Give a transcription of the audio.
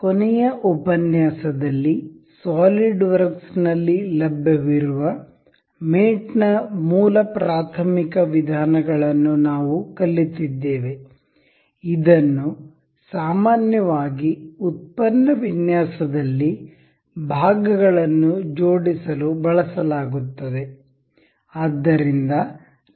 ಕೊನೆಯ ಉಪನ್ಯಾಸದಲ್ಲಿ ಸಾಲಿಡ್ವರ್ಕ್ಸ್ನಲ್ಲಿ ಲಭ್ಯವಿರುವ ಮೇಟ್ ನ ಮೂಲ ಪ್ರಾಥಮಿಕ ವಿಧಾನಗಳನ್ನು ನಾವು ಕಲಿತಿದ್ದೇವೆ ಇದನ್ನು ಸಾಮಾನ್ಯವಾಗಿ ಉತ್ಪನ್ನ ವಿನ್ಯಾಸದಲ್ಲಿ ಭಾಗಗಳನ್ನು ಜೋಡಿಸಲು ಬಳಸಲಾಗುತ್ತದೆ